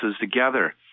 together